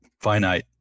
finite